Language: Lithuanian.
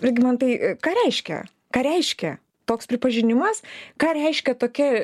irgi man tai ką reiškia ką reiškia toks pripažinimas ką reiškia tokia